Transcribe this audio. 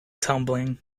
tumbling